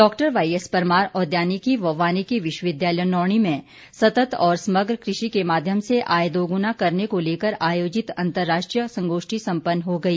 doctor YS Parmar औद्यानिकी व वानिकी विश्वविद्यालय नौणी में सतृत और समग्र कृषि के माध्यम से आय दोगुना करने को लेकर आयोजित राष्ट्रीय संगोष्ठी सम्पन्न हो गई